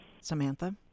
Samantha